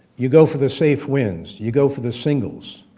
you go for the safe wins, you go for the singles.